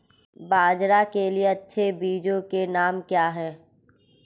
बाजरा के लिए अच्छे बीजों के नाम क्या हैं?